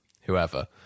whoever